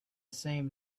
same